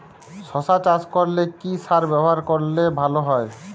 শশা চাষ করলে কি সার ব্যবহার করলে ভালো হয়?